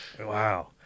Wow